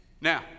Now